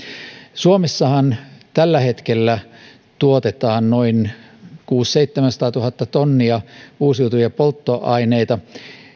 suomessahan tällä hetkellä tuotetaan noin kuusisataatuhatta viiva seitsemänsataatuhatta tonnia uusiutuvia polttoaineita